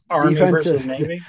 Defensive